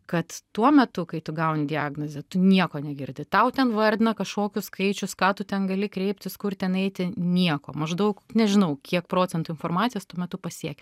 kad tuo metu kai tu gauni diagnozę tu nieko negirdi tau ten vardina kažkokius skaičius ką tu ten gali kreiptis kur ten eiti nieko maždaug nežinau kiek procentų informacijos tuo metu pasiekia